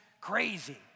crazy